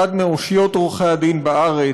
אחד מאושיות עורכי-הדין בארץ,